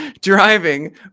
driving